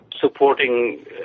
supporting